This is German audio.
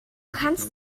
kannst